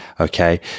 okay